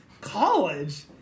college